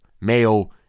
Mayo